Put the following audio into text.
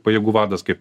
pajėgų vadas kaip